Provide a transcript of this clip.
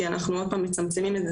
כי אנחנו עוד פעם מצמצמים את זה,